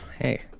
Hey